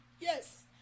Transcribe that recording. Yes